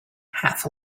half